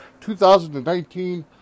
2019